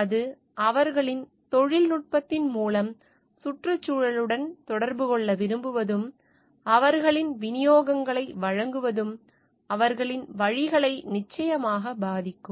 அது அவர்களின் தொழில்நுட்பத்தின் மூலம் சுற்றுச்சூழலுடன் தொடர்பு கொள்ள விரும்புவதும் அவர்களின் விநியோகங்களை வழங்குவதும் அவர்களின் வழிகளை நிச்சயமாக பாதிக்கும்